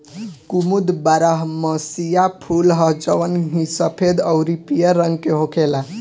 कुमुद बारहमसीया फूल ह जवन की सफेद अउरी पियर रंग के होखेला